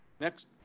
Next